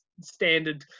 standard